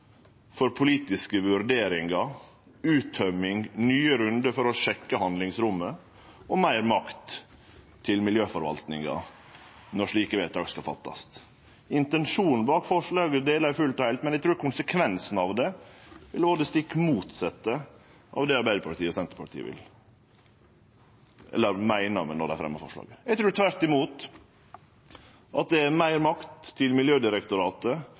for politiske vurderingar, uttømming, nye rundar for å sjekke handlingsrommet og meir makt til miljøforvaltinga når slike vedtak skal fattast. Intensjonen bak forslaget deler eg fullt og heilt, men eg trur konsekvensen av det vil vere det stikk motsette av det Arbeidarpartiet og Senterpartiet vil, eller meiner med det, når dei fremjar eit slikt forslag. Eg trur det gjev meir makt til Miljødirektoratet